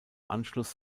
anschluss